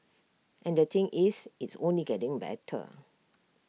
and the thing is it's only getting better